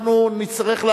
אנחנו נצטרך,